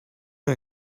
you